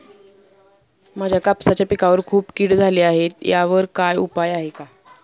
माझ्या कापसाच्या पिकावर खूप कीड झाली आहे यावर काय उपाय आहे का?